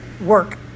work